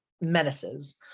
menaces